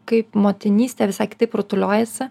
kaip motinystė visai kitaip rutuliojasi